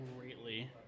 greatly